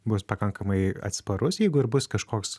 bus pakankamai atsparus jeigu ir bus kažkoks